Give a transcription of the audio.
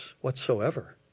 whatsoever